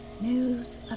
News